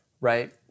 Right